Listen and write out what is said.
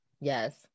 Yes